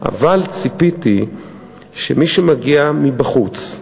אבל ציפיתי שמי שמגיע מבחוץ,